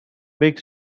big